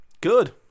Good